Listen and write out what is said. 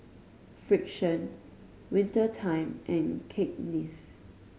Frixion Winter Time and Cakenis